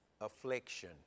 affliction